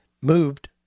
moved